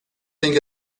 think